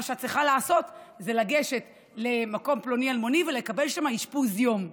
מה שאת צריכה לעשות זה לגשת למקום פלוני-אלמוני ולקבל שם אשפוז יום.